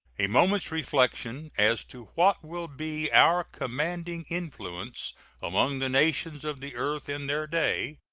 a moment's reflection as to what will be our commanding influence among the nations of the earth in their day,